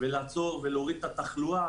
ולעצור את התחלואה,